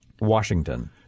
Washington